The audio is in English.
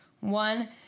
One